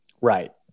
right